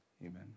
Amen